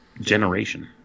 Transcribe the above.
generation